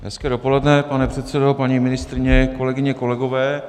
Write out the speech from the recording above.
Hezké dopoledne, pane předsedo, paní ministryně kolegyně, kolegové.